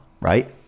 right